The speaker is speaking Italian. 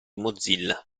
mozilla